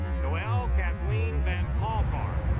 noel kathleen van call card